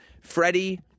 Freddie